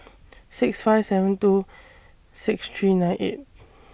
six five seven two six three nine eight